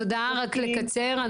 תודה, רק לקצר.